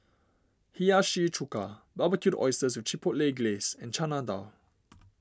Hiyashi Chuka Barbecued Oysters with Chipotle Glaze and Chana Dal